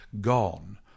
gone